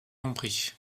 compris